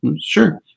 Sure